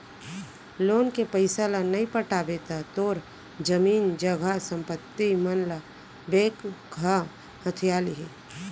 loan के पइसा ल नइ पटाबे त तोर जमीन जघा संपत्ति मन ल बेंक ह हथिया लिही